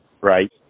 right